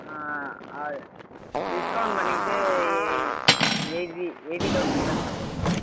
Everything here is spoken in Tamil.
ஆ டிஸ்கவுண்ட் பண்ணிக்கிட்டு எய்ட்டி எய்ட்டி தெளசண்ட் கட்டினா போதுமா